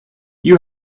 you